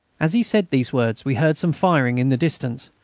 as he said these words we heard some firing in the distance,